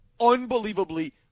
unbelievably